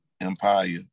Empire